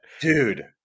Dude